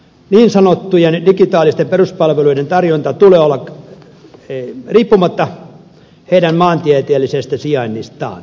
niin sanottujen digitaalisten peruspalveluiden tarjonta tulee varmistaa riippumatta heidän maantieteellisestä sijainnistaan